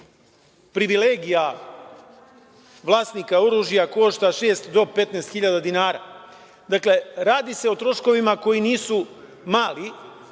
privilegija vlasnika oružja košta 6.000 do 15.000 dinara. Dakle, radi se o troškovima koji nisu mali,